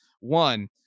One